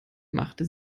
machte